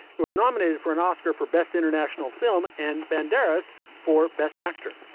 it was nominated for an oscar for best international film and banderas for best actor.